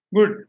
Good